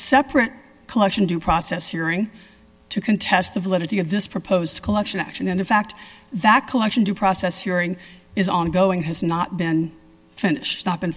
separate collection due process hearing to contest the validity of this proposed collection action and in fact that collection due process hearing is ongoing has not been finished